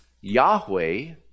Yahweh